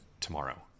tomorrow